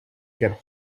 get